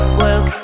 work